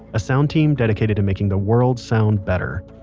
a sound team dedicated to making the world sound better.